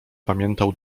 pamiętał